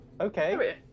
Okay